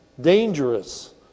dangerous